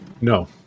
No